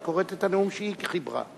היא קוראת את הנאום שהיא חיברה.